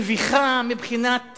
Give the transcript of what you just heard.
מביכה מבחינת